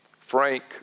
Frank